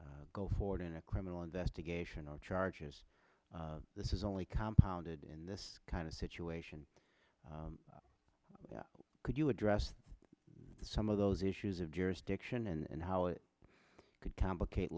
go forward in a criminal investigation or charges this is only compound in this kind of situation could you address some of those issues of jurisdiction and how it could complicate